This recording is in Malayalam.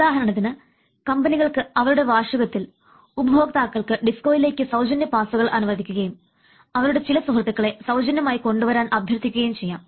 ഉദാഹരണത്തിന് കമ്പനികൾക്ക് അവരുടെ വാർഷികത്തിൽ ഉപഭോക്താക്കൾക്ക് ഡിസ്കോയിലേക്ക് സൌജന്യ പാസ്സുകൾ അനുവദിക്കുകയും അവരുടെ ചില സുഹൃത്തുക്കളെ സൌജന്യമായി കൊണ്ടുവരാൻ അഭ്യർഥിക്കുകയും ചെയ്യാം